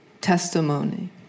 testimony